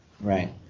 right